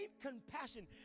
compassion